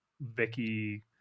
vicky